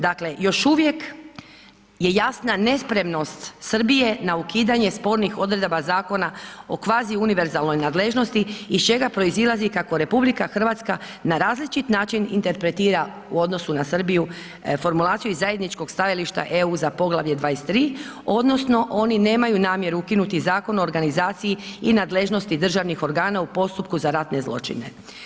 Dakle, još uvijek je jasna nespremnost Srbije na ukidanje spornih odredaba zakona o kvazi univerzalnoj nadležnosti iz čega proizilazi kako RH na različit način interpretira, u odnosu na Srbiju, formulaciju iz zajedničkog stajališta EU za Poglavlje 23. odnosno oni nemaju namjeru ukinuti Zakon o organizaciji i nadležnosti državnih organa u postupku za ratne zločine.